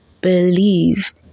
believe